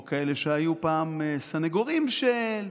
או כאלה שהיו פעם סנגורים של,